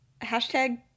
hashtag